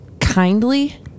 kindly